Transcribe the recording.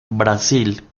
brasil